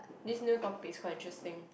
this new topic is quite interesting